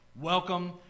welcome